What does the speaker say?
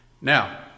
Now